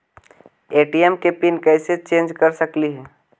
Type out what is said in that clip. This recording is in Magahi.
ए.टी.एम के पिन कैसे चेंज कर सकली ही?